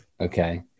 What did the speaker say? Okay